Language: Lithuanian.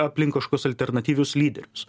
aplink kažkokius alternatyvius lyderius